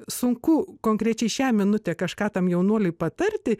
sunku konkrečiai šią minutę kažką tam jaunuoliui patarti